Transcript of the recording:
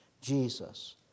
Jesus